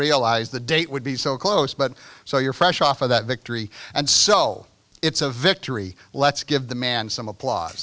realize the date would be so close but so you're fresh off of that victory and so it's a victory let's give the man some appl